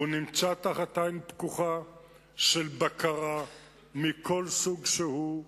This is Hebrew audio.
הוא תחת עין פקוחה של בקרה מכל סוג שהוא.